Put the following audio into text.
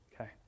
Okay